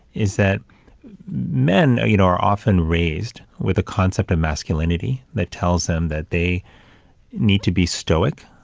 is that men, you know, are often raised with a concept of masculinity that tells them that they need to be stoic,